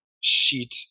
sheet